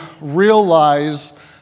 realize